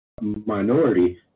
minority